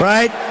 Right